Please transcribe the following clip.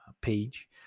page